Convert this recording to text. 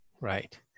Right